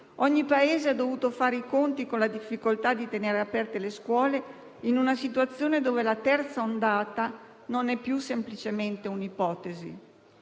Ogni Paese ha dovuto fare i conti con la difficoltà di tenere aperte le scuole in una situazione in cui la terza ondata non è più semplicemente un'ipotesi.